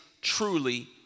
truly